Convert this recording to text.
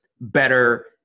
better